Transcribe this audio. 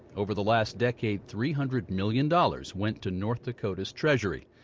over the last decade, three hundred million dollars went to north dakota's treasury.